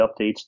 updates